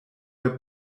der